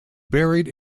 buried